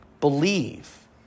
Believe